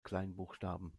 kleinbuchstaben